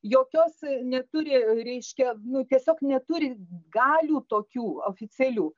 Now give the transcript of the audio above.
jokios neturi reiškia nu tiesiog neturi galių tokių oficialių